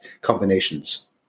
combinations